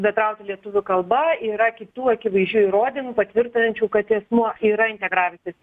bendrauti lietuvių kalba yra kitų akivaizdžių įrodymų patvirtinančių kad į asmuo yra integravęsis